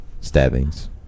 stabbings